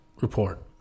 report